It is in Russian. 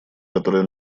которая